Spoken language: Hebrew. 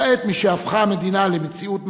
כעת, משהפכה המדינה למציאות ממשית,